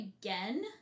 again